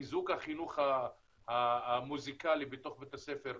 חיזוק החינוך המוזיקלי בתוך בית הספר,